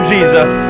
Jesus